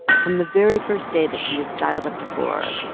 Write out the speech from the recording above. from the very first day that she was dialed up to four,